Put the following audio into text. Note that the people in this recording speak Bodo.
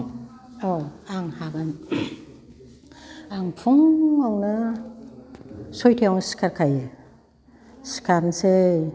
औ आं हागोन आं फुङावनो सयथायावनो सिखारखायो सिखारनोसै